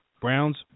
Browns